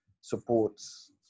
supports